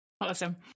Awesome